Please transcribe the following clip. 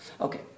Okay